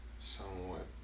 somewhat